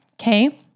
Okay